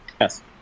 Yes